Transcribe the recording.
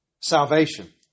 Salvation